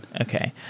Okay